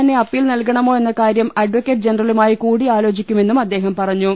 തന്നെ അപ്പീൽ നൽകണമോ എന്ന കാര്യം അഡ്വക്കറ്റ് ജനറലുമായി കൂടിയാലോചിക്കുമെന്നും അദ്ദേഹം പറഞ്ഞു